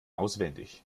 auswendig